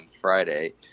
friday